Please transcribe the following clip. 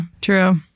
true